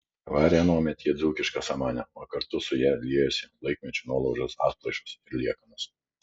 varė anuomet jie dzūkišką samanę o kartu su ja liejosi laikmečio nuolaužos atplaišos ir liekanos